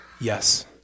Yes